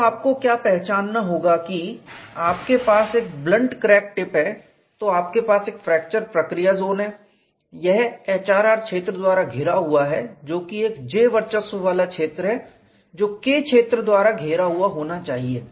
तो आपको क्या पहचानना होगा कि आपके पास एक ब्लंट क्रैक टिप है तो आपके पास एक फ्रैक्चर प्रक्रिया जोन है यह HRR क्षेत्र द्वारा घिरा हुआ है जो कि एक J वर्चस्व वाला क्षेत्र है जो K क्षेत्र द्वारा घेरा हुआ होना चाहिए